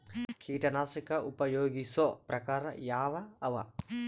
ಕೀಟನಾಶಕ ಉಪಯೋಗಿಸೊ ಪ್ರಕಾರ ಯಾವ ಅವ?